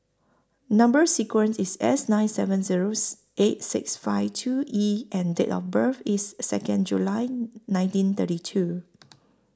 Number sequence IS S nine seven zeros eight six five two E and Date of birth IS Second July nineteen thirty two